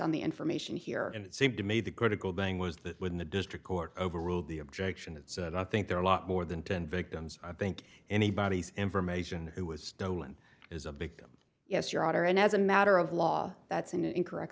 on the information here and it seemed to me the critical thing was that when the district court overruled the objection it said i think there are a lot more than ten victims i think anybody's information it was stolen is a victim yes your honor and as a matter of law that's an incorrect